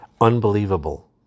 unbelievable